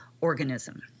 organism